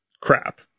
crap